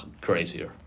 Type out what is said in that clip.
crazier